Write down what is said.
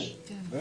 --- יש.